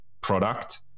product